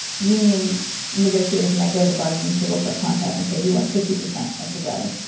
union negotiators might go to the bargaining table for a contract and say, we want fifty percent of the bread.